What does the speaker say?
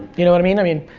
you know what i mean, i mean.